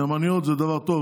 נאמנויות זה דבר טוב,